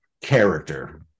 character